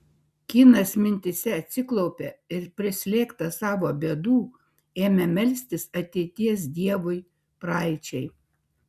kynas mintyse atsiklaupė ir prislėgtas savo bėdų ėmė melstis ateities dievui praeičiai